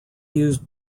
used